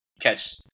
catch